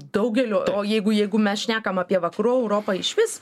daugelio o jeigu jeigu mes šnekam apie vakarų europą išvis